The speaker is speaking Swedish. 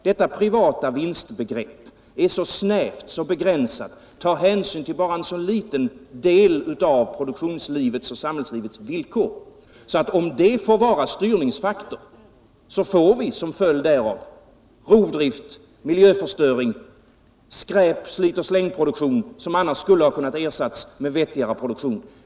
Detta privata vinstbegrepp är så snävt, så begränsat, tar hänsyn till en så liten del av produktionsledet och samhällslivets villkor att om det får vara styrningsfaktor får vi som följd därav rovdrift, miljöförstöring, skräp-, slitoch slängproduktion, som annars skulle ha kunnat ersättas med vettigare produktion.